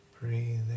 Breathing